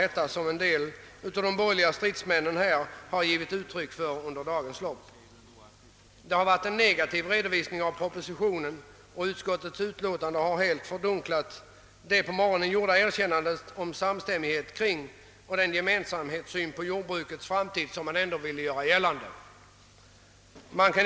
Beträffande bidragen till den inre rationaliseringen föreslås i propositionen, att dessa skall begränsas till större kapitalkrävande investeringar, och som jag nyss sade maximeras beloppet till 400 000 beträffande lån och bidragsprocenten till 25 270, dock i fråga om byggnation till högst 100 000 kr.